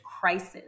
crisis